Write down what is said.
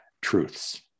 truths